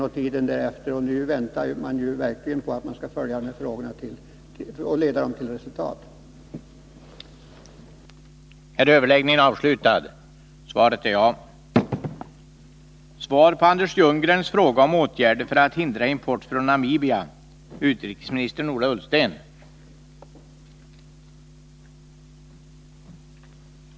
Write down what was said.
Man väntar sig nu att frågorna skall följas upp och att detta skall leda till resultat som innebär en tryggad energiförsörjning och mindre beroende av importerade energiprodukter.